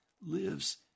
lives